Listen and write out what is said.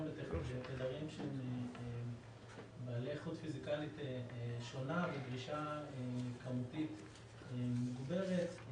בתדרים שהם בעלי איכות שונה וגלישה כמותית מוגברת.